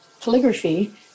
calligraphy